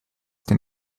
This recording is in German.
den